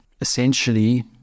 essentially